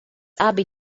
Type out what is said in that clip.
abi